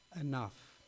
enough